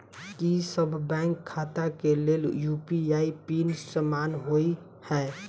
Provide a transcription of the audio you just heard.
की सभ बैंक खाता केँ लेल यु.पी.आई पिन समान होइ है?